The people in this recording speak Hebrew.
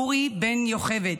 אורי בן יוכבד,